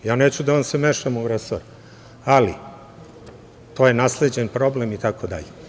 Ja neću da vam se mešam u RS, ali to je nasleđen problem itd.